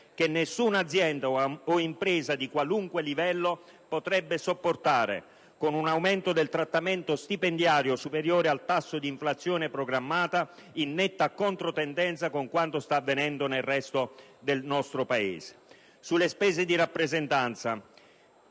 che nessuna azienda o impresa di qualunque livello potrebbe sopportare, con un aumento del trattamento stipendiario superiore al tasso di inflazione programmatica, in netta controtendenza con quanto sta avvenendo nel resto del nostro Paese. Sulle spese di rappresentanza